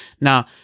now